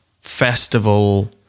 festival